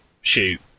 shoot